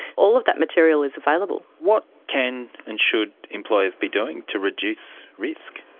all of that material is available. what can and should employers be doing to reduce risk?